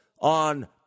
on